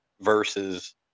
versus